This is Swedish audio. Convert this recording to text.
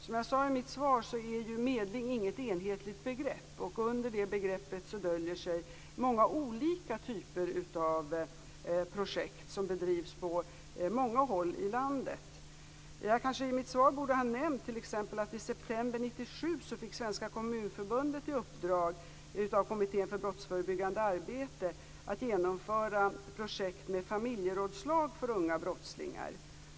Som jag sade i mitt svar är medling inget enhetligt begrepp. Under begreppet döljer sig många olika typer av projekt som bedrivs på många håll i landet. I mitt svar borde jag kanske t.ex. ha nämnt att i september 1997 fick Svenska Kommunförbundet i uppdrag av Kommittén för brottsförebyggande arbete att genomföra projekt med familjerådslag för unga brottslingar.